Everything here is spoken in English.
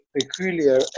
peculiar